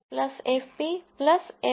FP F